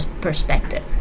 perspective